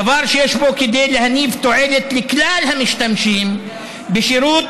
דבר שיש בו כדי להניב תועלת לכלל המשתמשים בשירות,